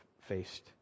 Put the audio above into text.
faced